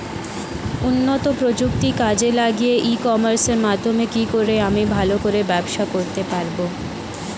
উন্নত প্রযুক্তি কাজে লাগিয়ে ই কমার্সের মাধ্যমে কি করে আমি ভালো করে ব্যবসা করতে পারব?